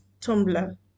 Tumblr